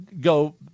go